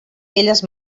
elles